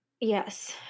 Yes